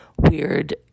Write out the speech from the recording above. weird